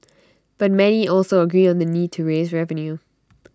but many also agree on the need to raise revenue